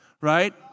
right